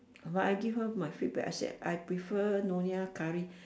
but I give her my feedback I said I prefer nyonya curry